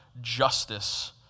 justice